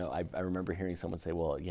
i remember hearing someone say, well, yeah